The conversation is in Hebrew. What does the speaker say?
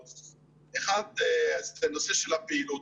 אחת, הנושא של הפעילות.